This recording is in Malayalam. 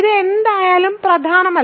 ഇത് എന്തായാലും പ്രധാനമല്ല